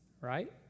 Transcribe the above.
right